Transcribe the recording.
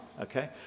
okay